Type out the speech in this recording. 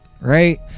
Right